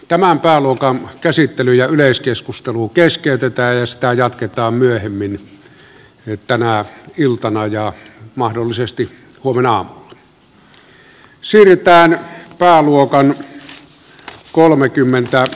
tämän pääluokan käsittely ja yleiskeskustelu keskeytetään ja sitä jatketaan myöhemmin tänä iltana ja mahdollisesti huomenaamulla